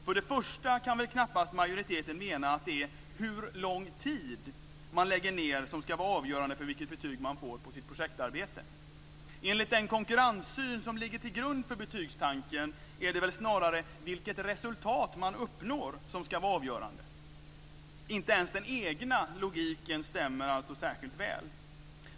För det första kan väl knappast majoriteten mena att det är hur lång tid man lägger ned som ska vara avgörande för vilket betyg man får på sitt projektarbete? Enligt den konkurrenssyn som ligger till grund för betygstanken är det väl snarare vilket resultat man uppnår som ska vara avgörande? Inte ens den egna logiken stämmer alltså särskilt väl.